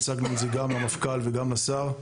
הצגנו את זה גם למפכ"ל וגם לשר.